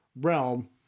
realm